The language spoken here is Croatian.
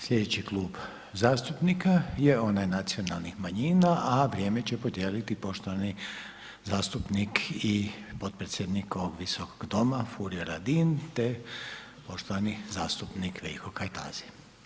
Slijedeći Klub zastupnika je onaj nacionalnih manjina, a vrijeme će podijeliti poštovani zastupnik i potpredsjednik ovog visokog doma Furio Radin te poštovani zastupnik Veljko Kajtazi.